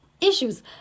issues